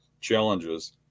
challenges